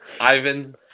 Ivan